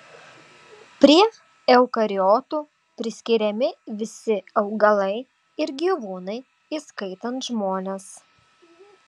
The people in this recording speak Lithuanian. prie eukariotų priskiriami visi augalai ir gyvūnai įskaitant žmones